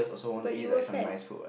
but you were fat